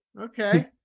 Okay